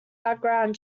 background